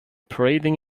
parading